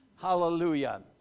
Hallelujah